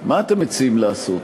מה אתם מציעים לעשות?